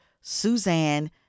Suzanne